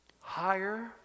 Higher